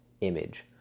image